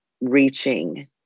reaching